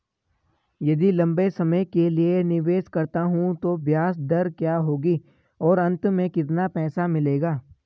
यदि लंबे समय के लिए निवेश करता हूँ तो ब्याज दर क्या होगी और अंत में कितना पैसा मिलेगा?